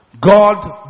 God